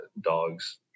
dogs